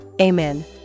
Amen